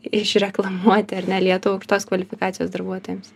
išreklamuoti ar ne lietuvą aukštos kvalifikacijos darbuotojams